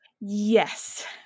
Yes